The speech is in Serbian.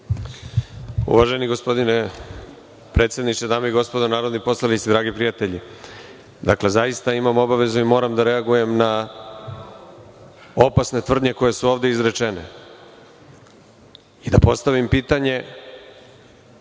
Uvaženi gospodine predsedniče, dame i gospodo narodni poslanici, dragi prijatelji, zaista imam obavezu i moram da reagujem na opasne tvrdnje koje su ovde izrečene i da postavim pitanje. Ako